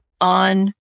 on